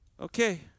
okay